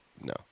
No